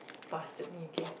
busted me okay